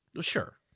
Sure